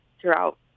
throughout